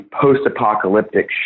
post-apocalyptic